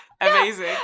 amazing